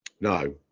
No